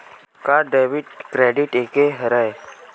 का debit credit एके हरय?